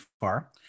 far